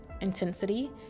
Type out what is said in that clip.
intensity